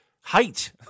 height